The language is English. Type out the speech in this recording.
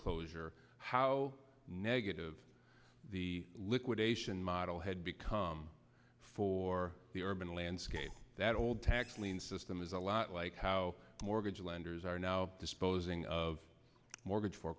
closure how negative the liquidation model had become for the urban landscape that old tax lien system is a lot like how mortgage lenders are now disposing of mortgage for